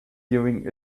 during